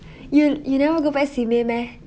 you you never go back simei meh